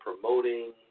promoting